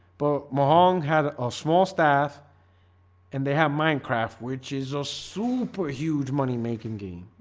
but my hong had a small staff and they have minecraft which is a super huge money-making game,